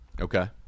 Okay